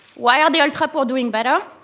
why are the ultra poor doing better?